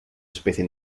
especie